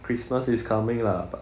christmas is coming lah but